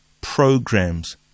programs